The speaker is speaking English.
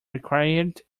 required